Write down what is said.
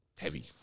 heavy